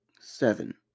seven